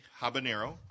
habanero